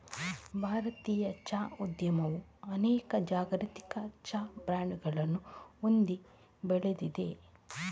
ಭಾರತೀಯ ಚಹಾ ಉದ್ಯಮವು ಅನೇಕ ಜಾಗತಿಕ ಚಹಾ ಬ್ರಾಂಡುಗಳನ್ನು ಹೊಂದಿ ಬೆಳೆದಿದೆ